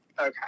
okay